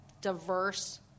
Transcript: diverse